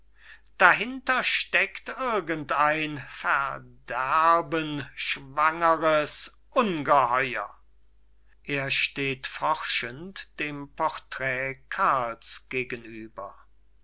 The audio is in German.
dahinter steckt irgend ein verderbenschwangeres ungeheuer er steht forschend dem porträt karls gegenüber